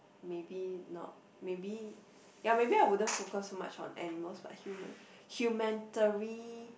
maybe not maybe ya maybe I wouldn't focus so much on animals but human~ humanitary